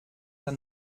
der